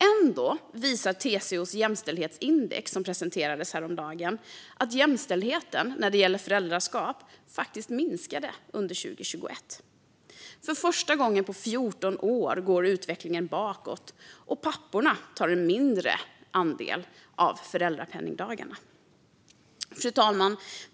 Ändå visar TCO:s jämställdhetsindex, som presenterades häromdagen, att jämställdheten när det gäller föräldraskap faktiskt minskade under 2021. För första gången på 14 år går utvecklingen bakåt, och papporna tar ut en mindre andel av föräldrapenningdagarna. Fru talman!